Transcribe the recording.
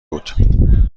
بود